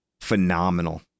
phenomenal